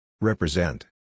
Represent